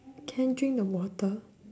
can drink the water